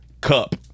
Cup